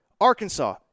Arkansas